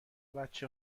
بچه